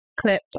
clip